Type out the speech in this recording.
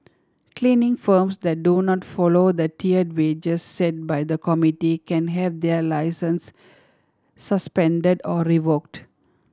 cleaning firms that do not follow the tiered wages set by the committee can have their licence suspended or revoked